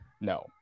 No